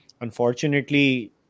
unfortunately